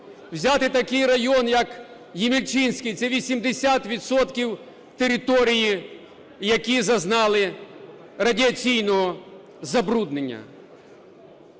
Взяти такий район, як Ємільчинський. Це 80 відсотків територій, які зазнали радіаційного забруднення.